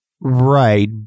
Right